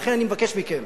לכן אני מבקש מכם,